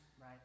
Right